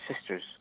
sisters